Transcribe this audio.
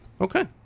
Okay